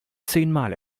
zehnmal